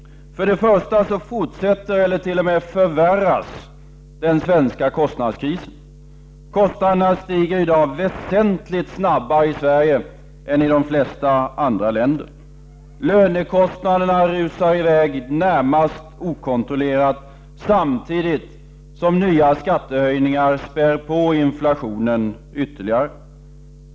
För det första fortsätter eller t.o.m. förvärras den svenska kostnadskrisen. Kostnaderna stiger i dag väsentligt snabbare i Sverige än i de flesta andra länder. Lönekostnaderna rusar i väg närmast okontrollerat samtidigt som nya skattehöjningar spär på inflationen ytterligare.